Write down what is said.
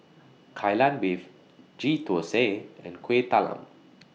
Kai Lan Beef Ghee Thosai and Kueh Talam